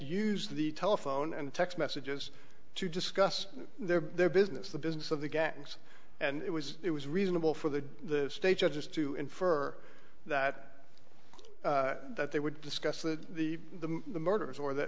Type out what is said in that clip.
use the telephone and text messages to discuss their their business the business of the gangs and it was it was reasonable for the state judges to infer that that they would discuss that the the the murders or th